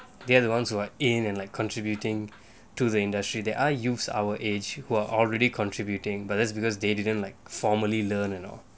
they are the ones who are in and like contributing to the industry there are youths our age who are already contributing but that's because they didn't like formerly learn and all